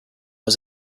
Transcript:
was